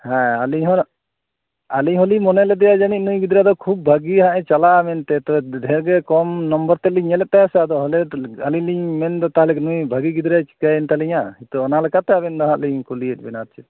ᱟᱹᱞᱤᱧ ᱦᱚ ᱟᱹᱤᱧ ᱦᱚᱞᱤᱧ ᱢᱚᱱᱮ ᱞᱮᱫᱮᱭᱟ ᱡᱟᱹᱱᱤᱡ ᱱᱩᱭ ᱜᱤᱫᱽᱨᱟᱹ ᱫᱚ ᱠᱷᱩᱵ ᱵᱷᱟᱹᱜᱤ ᱦᱟᱜᱮ ᱪᱟᱞᱟᱜᱼᱟ ᱢᱮᱱᱛᱮ ᱛᱚᱵᱮ ᱰᱷᱮᱨ ᱜᱮ ᱠᱚᱢ ᱱᱟᱢᱵᱟᱨ ᱛᱮᱞᱤᱧ ᱧᱮᱞᱮᱫ ᱛᱟᱭᱟ ᱥᱮ ᱟᱫᱚ ᱦᱟᱱᱰᱮᱛ ᱟᱹᱞᱤᱧ ᱞᱤᱧ ᱢᱮᱱ ᱮᱫᱟ ᱛᱟᱦᱚᱞᱮ ᱵᱷᱟᱹᱜᱤ ᱜᱤᱫᱽᱨᱟᱹ ᱪᱤᱠᱟᱹᱭᱮᱱ ᱛᱟᱹᱞᱤᱧᱼᱟ ᱛᱳ ᱚᱱᱟ ᱞᱮᱠᱟᱛᱮ ᱟᱵᱮᱱ ᱫᱚ ᱦᱟᱜᱞᱤᱧ ᱠᱩᱞᱤ ᱮᱫ ᱵᱮᱱᱟ ᱟᱨ ᱪᱮᱫ